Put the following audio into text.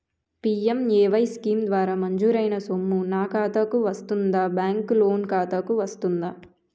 PMAY scheme ద్వారా మంజూరైన సొమ్ము నా ఖాతా కు వస్తుందాబ్యాంకు లోన్ ఖాతాకు వస్తుందా?